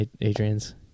Adrian's